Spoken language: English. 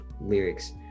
lyrics